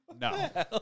No